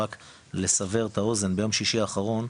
רק לסבר את האוזן ביום ששי האחרון,